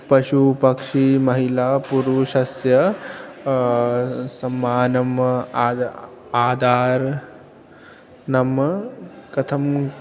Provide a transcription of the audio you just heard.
पशुपक्षी महिला पुरुषस्य सम्मानम् आद आदरः नाम कथं